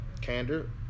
candor